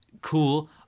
Cool